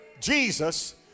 Jesus